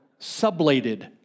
sublated